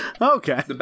Okay